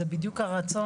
זה בדיוק הרצון,